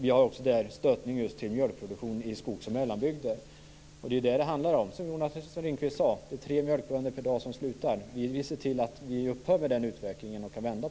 Vi har också stöd just till mjölkproduktion i skogs och mellanbygder. Det är ju detta det handlar om, som Jonas Ringqvist sade: Det är tre mjölkbönder per dag som slutar. Vi vill se till att den utvecklingen upphör och kan vändas.